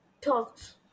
Talks